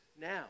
now